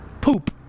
Poop